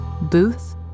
Booth